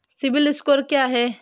CIBIL score क्या है?